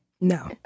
No